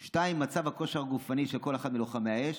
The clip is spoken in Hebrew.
2. מצב הכושר גופני של כל אחד מלוחמי האש,